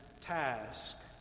task